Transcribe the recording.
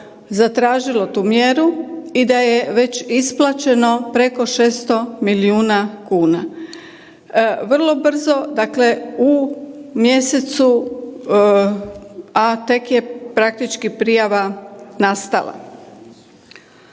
zatražilo tu mjeru i da je već isplaćeno preko 600 milijuna kuna. Vrlo brzo, dakle u mjesecu, a tek je praktički prijava nastala.